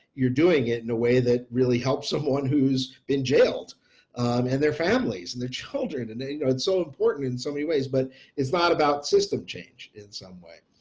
you're doing it in a way that really helps someone who's been jailed and their families and their children and they are so important in so many ways, but it's not about system change in some way.